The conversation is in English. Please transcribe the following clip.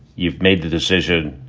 you've made the decision.